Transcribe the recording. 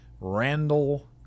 Randall